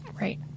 Right